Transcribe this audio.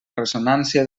ressonància